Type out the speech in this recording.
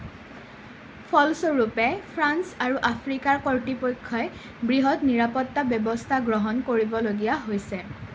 ফলস্বৰূপে ফ্ৰান্স আৰু আফ্ৰিকাৰ কৰ্তৃপক্ষই বৃহৎ নিৰাপত্তা ব্যৱস্থা গ্ৰহণ কৰিবলগীয়া হৈছে